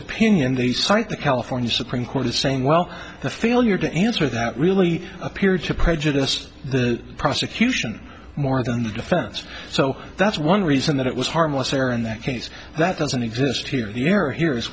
opinion they cite the california supreme court is saying well the failure to answer that really appeared to prejudice the prosecution more than the defense so that's one reason that it was harmless error in that case that doesn't exist here the error here is